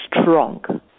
strong